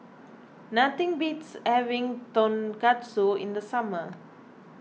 nothing beats having Tonkatsu in the summer